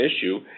issue